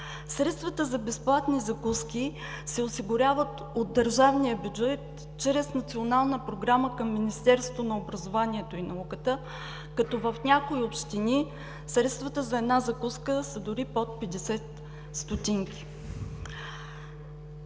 Средствата за безплатни закуски се осигуряват от държавния бюджет чрез национална програма към Министерството на образованието и науката, като в някои общини средствата за една закуска са дори под 50 стотинки.